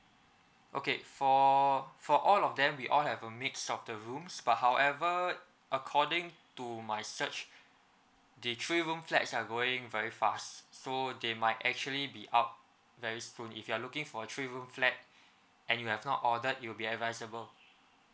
okay for for all of them we all have a mix of the rooms but however according to my search the three room flat are going very fast so they might actually be out very soon if you are looking for three room flat and you have not ordered you'll be advisable